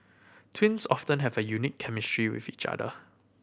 twins often have a unique chemistry with each other